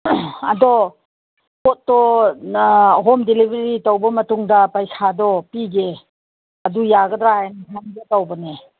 ꯑꯗꯣ ꯄꯣꯠꯇꯣ home delivery ꯇꯧꯕ ꯃꯇꯨꯡꯗ ꯄꯩꯁꯥꯗꯣ ꯄꯤꯒꯦ ꯑꯗꯨ ꯌꯥꯒꯗ꯭ꯔ ꯍꯥꯏꯅ ꯍꯪꯒꯦ ꯇꯧꯕꯅꯦ